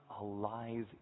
alive